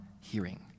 hearing